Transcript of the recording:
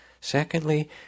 Secondly